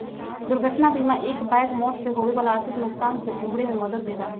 दुर्घटना बीमा एकबैग मौत से होवे वाला आर्थिक नुकसान से उबरे में मदद देवा हई